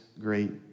great